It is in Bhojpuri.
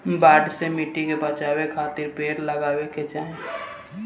बाढ़ से माटी के बचावे खातिर पेड़ लगावे के चाही